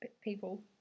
people